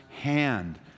hand